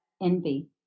envy